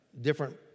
different